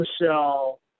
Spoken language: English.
Michelle